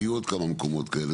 יהיו עוד כמה מקומות כאלה,